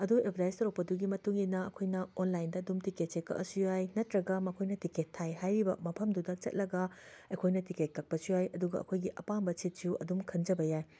ꯑꯗꯨ ꯑꯦꯕꯔꯗꯥꯏꯖ ꯇꯧꯔꯛꯄꯗꯨꯒꯤ ꯃꯇꯨꯡ ꯏꯟꯅ ꯑꯩꯈꯣꯏꯅ ꯑꯣꯟꯂꯥꯏꯟꯗ ꯑꯗꯨꯝ ꯇꯤꯀꯦꯠꯁꯦ ꯀꯛꯑꯁꯨ ꯌꯥꯏ ꯅꯠꯇ꯭ꯔꯒ ꯃꯈꯣꯏꯅ ꯇꯤꯀꯦꯠ ꯊꯥꯏ ꯍꯥꯏꯔꯤꯕ ꯃꯐꯝꯗꯨꯗ ꯆꯠꯂꯒ ꯑꯩꯈꯣꯏꯅ ꯇꯤꯀꯦꯠ ꯀꯛꯄꯁꯨ ꯌꯥꯏ ꯑꯗꯨꯒ ꯑꯩꯈꯣꯏꯒꯤ ꯑꯄꯥꯝꯕ ꯁꯤꯠꯁꯨ ꯑꯗꯨꯝ ꯈꯟꯖꯕ ꯌꯥꯏ